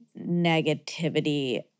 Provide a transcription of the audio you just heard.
negativity